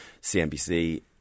CNBC